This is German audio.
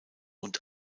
und